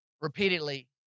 repeatedly